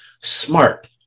smart